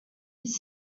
this